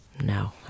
no